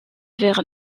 vers